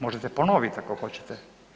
Možete ponovit ako hoćete.